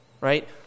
right